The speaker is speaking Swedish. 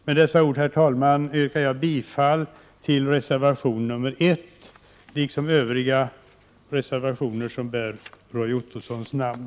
Med dessa ord, herr talman, yrkar jag bifall till reservation nr 1 liksom till Övriga reservationer som bär Roy Ottossons namn.